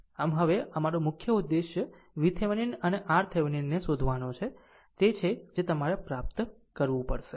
આમ હવે અમારો મુખ્ય ઉદ્દેશ VThevenin અને RTheveninને શોધવાનો છે તે છે જે તમારે પ્રાપ્ત કરવું પડશે